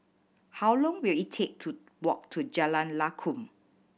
how long will it take to walk to Jalan Lakum